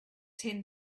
ten